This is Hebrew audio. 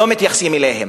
לא מתייחסים אליהם.